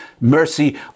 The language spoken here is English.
mercy